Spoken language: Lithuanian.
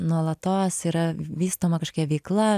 nuolatos yra vystoma kažkokia veikla